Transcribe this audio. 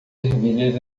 ervilhas